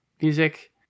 music